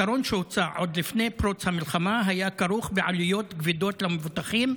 הפתרון שהוצע עוד לפני פרוץ המלחמה היה כרוך בעלויות כבדות למבוטחים,